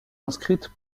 inscrite